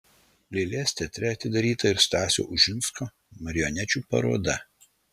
lėlės teatre atidaryta ir stasio ušinsko marionečių paroda